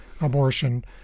abortion